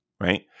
right